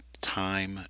time